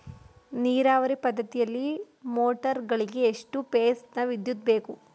ನೀರಾವರಿ ಪದ್ಧತಿಯಲ್ಲಿ ಮೋಟಾರ್ ಗಳಿಗೆ ಎಷ್ಟು ಫೇಸ್ ನ ವಿದ್ಯುತ್ ಬೇಕು?